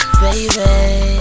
baby